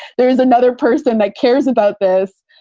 there is another person that cares about this.